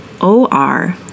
O-R